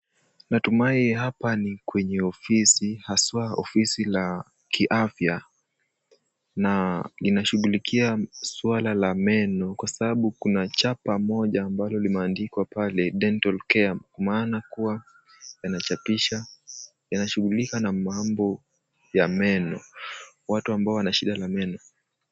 Natumai hapa ni kwenye ofisi haswa ofisi la kiafya na inashughulikia suala la meno kwa sababu kuna chapa moja ambalo limeandikwa pale dental care , maana kuwa, yanachapisha, yanashughulika na mambo ya meno, watu ambao wana shida la meno.